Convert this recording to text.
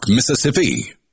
Mississippi